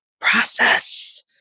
Process